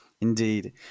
Indeed